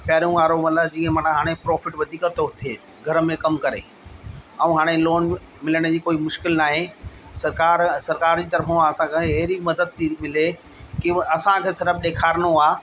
पहिरियों वारो मतिलबु जीअं मन हाणे प्रोफिट वधीक थो थिए घर में कम करे ऐं हाणे लोन बि मिलण जी कोई मुश्किल नाहे सरकार सरकार जे तरफ़ां असांखां अहिड़ी मदद थी मिले की असांखे सिर्फ़ु ॾेखारिणो आहे